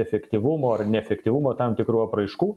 efektyvumo ar neefektyvumo tam tikrų apraiškų